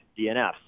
DNFs